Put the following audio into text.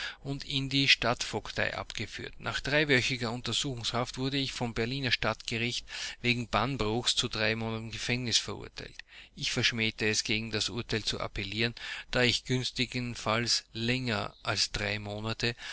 und in die stadtvogtei abgeführt nach dreiwöchiger untersuchungshaft wurde ich vom berliner stadtgericht wegen bannbruchs zu drei monaten gefängnis verurteilt ich verschmähte es gegen das urteil zu appellieren da ich günstigenfalls länger als drei monate